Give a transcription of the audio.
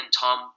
Tom